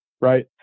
right